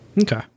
Okay